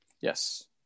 yes